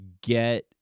get